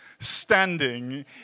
standing